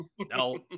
no